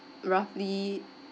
roughly